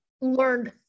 Learned